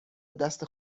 دسته